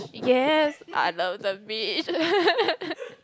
yes I know the beach